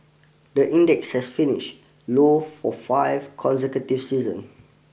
the index has finished low for five consecutive session